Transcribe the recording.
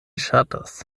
ŝatas